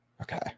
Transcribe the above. Okay